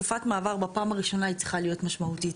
תקופת המעבר בפעם הראשונה היא צריכה להיות משמעותית.